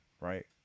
right